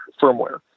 firmware